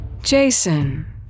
Jason